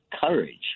courage